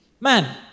Man